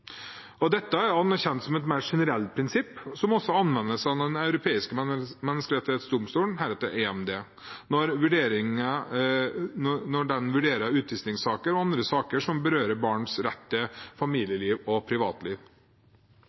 barn. Dette er anerkjent som et mer generelt prinsipp, som også anvendes av Den europeiske menneskerettsdomstol, heretter EMD, når den vurderer utvisningssaker og andre saker som berører barns rett til familieliv og privatliv.